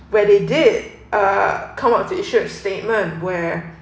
where they did uh come up with issued statements were